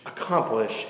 accomplish